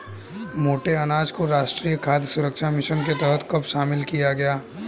मोटे अनाज को राष्ट्रीय खाद्य सुरक्षा मिशन के तहत कब शामिल किया गया?